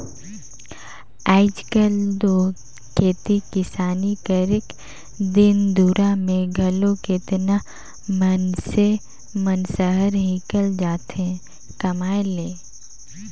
आएज काएल दो खेती किसानी करेक दिन दुरा में घलो केतना मइनसे मन सहर हिंकेल जाथें कमाए ले